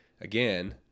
again